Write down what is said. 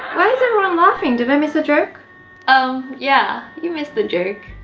everyone laughing? did i miss a joke um yeah, you missed the joke